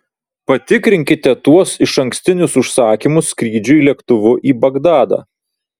patikrinkite tuos išankstinius užsakymus skrydžiui lėktuvu į bagdadą